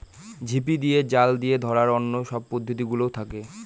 ঝিপি দিয়ে, জাল দিয়ে ধরার অন্য সব পদ্ধতি গুলোও থাকে